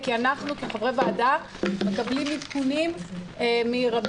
כי אנחנו כחברי ועדה מקבלים עדכונים מרבים